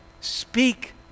speak